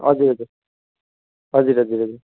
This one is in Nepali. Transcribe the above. हजुर हजुर हजुर हजुर हजुर